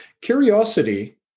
Curiosity